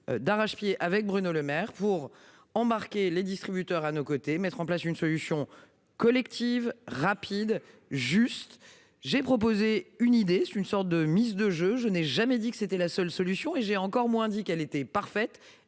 D'arrache-pied avec Bruno Lemaire pour en marquer les distributeurs à nos côtés, mettre en place une solution collective rapide juste j'ai proposé une idée, c'est une sorte de mise de jeu, je n'ai jamais dit que c'était la seule solution et j'ai encore moins dit qu'elle était parfaite.